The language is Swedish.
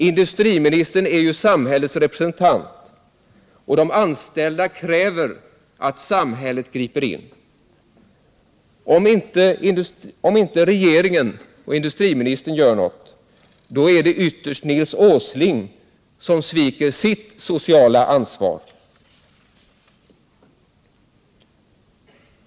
Industriministern är ju samhällets representant, och de anställda kräver att samhället griper in. Om inte regeringen och industriministern gör någonting, då är det ytterst Nils Åsling som sviker sitt sociala ansvar.